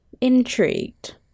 intrigued